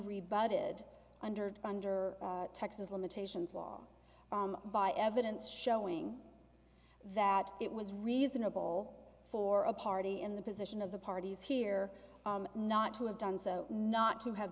budget under under texas limitations law by evidence showing that it was reasonable for a party in the position of the parties here not to have done so not to have